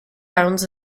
pounds